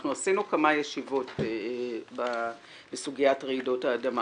אנחנו עשינו כמה ישיבות בסוגיית רעידות האדמה